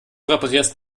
reparierst